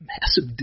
massive